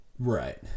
Right